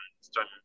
start